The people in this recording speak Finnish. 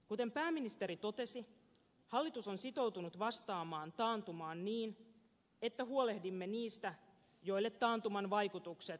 kuten pääministeri totesi hallitus on sitoutunut vastaamaan taantumaan niin että huolehdimme niistä joille taantuman vaikutukset tuntuvat kipeimmin